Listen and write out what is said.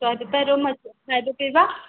ରହିବା ପାଇଁ ରୁମ୍ ଅଛି ଖାଇବା ପିଇବା